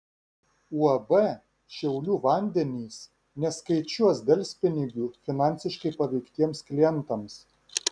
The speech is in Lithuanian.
uab šiaulių vandenys neskaičiuos delspinigių finansiškai paveiktiems klientams